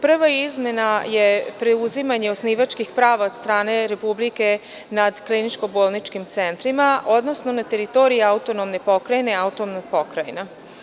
Prva izmena je preuzimanje osnivačkih prava od strane Republike nad kliničko-bolničkim centrima, odnosno na teritoriji autonomnih pokrajina.